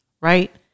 right